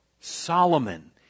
Solomon